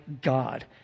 God